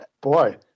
Boy